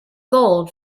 gold